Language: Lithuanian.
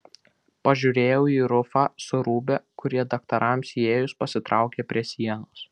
pažiūrėjau į rufą su rūbe kurie daktarams įėjus pasitraukė prie sienos